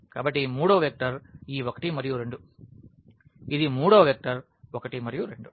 కాబట్టి మూడవ వెక్టర్ ఈ 1 మరియు 2 ఇది మూడవ వెక్టర్ 1 మరియు 2